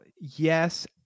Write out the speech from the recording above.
yes